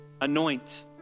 anoint